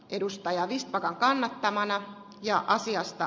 edustajan vistbackan kannattamana ja asiasta